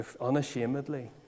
unashamedly